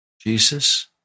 Jesus